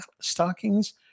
stockings